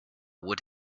would